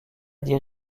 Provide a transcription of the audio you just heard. des